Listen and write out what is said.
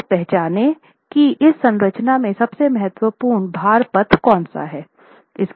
तो पहचाने कि इस संरचना में सबसे महत्वपूर्ण भार पथ कौन सा है